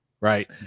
Right